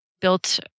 built